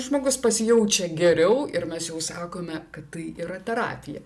žmogus pasijaučia geriau ir mes jau sakome kad tai yra terapija